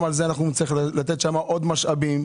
גם על זה נצטרך לתת שם עוד משאבים,